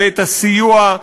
ואת הסיוע,